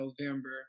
November